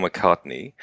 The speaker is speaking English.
McCartney